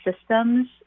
systems